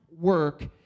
work